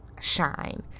Shine